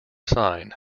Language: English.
sign